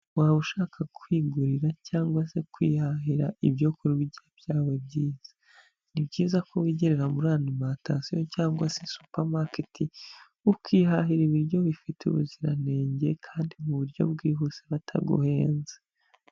Waba ushaka kwigurira cyangwa se kwihahira ibyo kurya byawe byiza, ni byiza ko wigerera muri alimantasiyo cyangwa se supamaketi ukihahira ibiryo bifite ubuziranenge kandi mu buryo bwihuse bataguhenze.